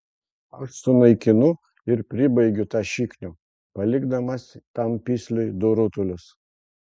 aš sunaikinu ir pribaigiu tą šiknių palikdamas tam pisliui du rutulius